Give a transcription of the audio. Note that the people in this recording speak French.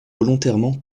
volontairement